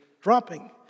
dropping